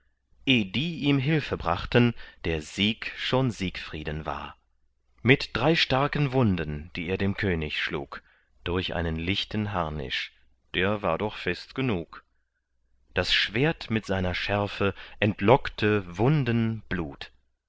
die ihm hilfe brachten der sieg schon siegfrieden war mit drei starken wunden die er dem könig schlug durch einen lichten harnisch der war doch fest genug das schwert mit seiner schärfe entlockte wunden blut